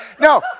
No